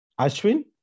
Ashwin